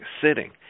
sitting